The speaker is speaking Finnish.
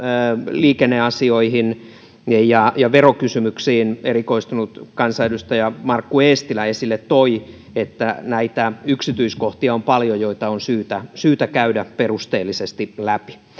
liikenneasioihin ja ja verokysymyksiin erikoistunut kansanedustaja markku eestilä esille toi niin näitä yksityiskohtia on paljon joita on syytä syytä käydä perusteellisesti läpi